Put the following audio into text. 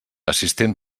assistent